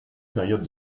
période